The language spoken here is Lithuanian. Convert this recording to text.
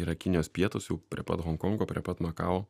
yra kinijos pietūs jau prie pat honkongo prie pat makao